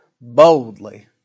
boldly